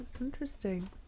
Interesting